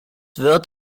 wird